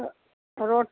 road